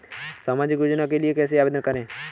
सामाजिक योजना के लिए कैसे आवेदन करें?